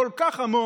הכל-כך עמוק,